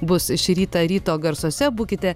bus šį rytą ryto garsuose būkite